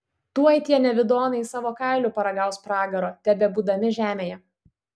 tuoj tie nevidonai savo kailiu paragaus pragaro tebebūdami žemėje